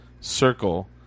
circle